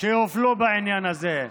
שהופלו בעניין הזה.